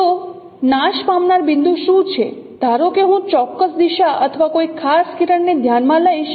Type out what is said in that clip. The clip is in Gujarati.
તો નાશ પામનાર બિંદુ શું છે ધારો કે હું ચોક્કસ દિશા અથવા કોઈ ખાસ કિરણને ધ્યાનમાં લઈશ